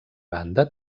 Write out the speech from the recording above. banda